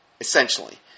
essentially